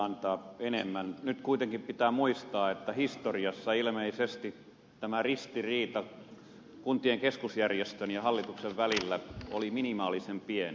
nyt pitää kuitenkin muistaa että historiassa ilmeisesti ristiriita kuntien keskusjärjestön ja hallituksen välillä oli minimaalisen pieni